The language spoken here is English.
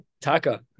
Taka